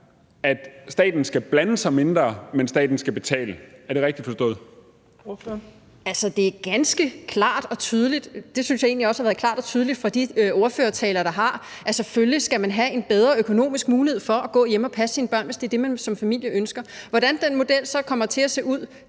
(Trine Torp): Ordføreren. Kl. 17:30 Mette Thiesen (NB): Altså, det er ganske klart og tydeligt, og jeg synes egentlig også, det har været klart og tydeligt ud fra de ordførertaler, der har været, at selvfølgelig skal man have en bedre økonomisk mulighed for at gå hjemme og passe sine børn, hvis det er det, man som familie ønsker. Hvordan kommer den model så til at se ud?